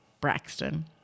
Braxton